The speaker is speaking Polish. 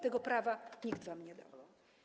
Tego prawa nikt wam nie dał.